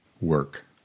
work